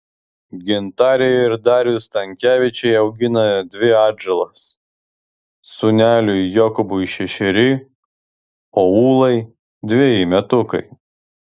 gintarė ir darius stankevičiai augina dvi atžalas sūneliui jokūbui šešeri o ūlai dveji metukai